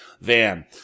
van